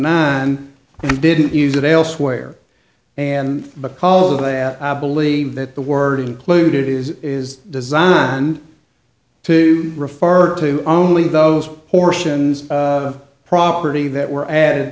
nine and didn't use of elsewhere and because of that i believe that the word included is is designed to refer to only those portions of property that were added